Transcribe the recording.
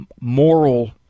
moral